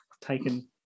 taken